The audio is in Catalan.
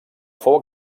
fou